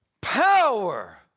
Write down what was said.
power